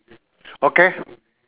okay